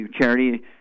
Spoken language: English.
charity